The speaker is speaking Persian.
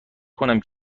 کنم